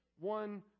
one